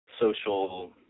social